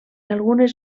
algunes